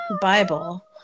Bible